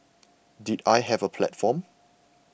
did I have a platform